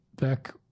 back